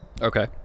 Okay